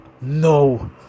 no